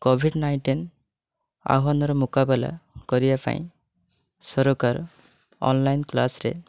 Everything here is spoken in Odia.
କୋଭିଡ଼୍ ନାଇଣ୍ଟିନ୍ ଆହ୍ଵାନର ମୁକାବିଲା କରିବା ପାଇଁ ସରକାର ଅନ୍ଲାଇନ୍ କ୍ଲାସ୍ରେ